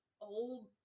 old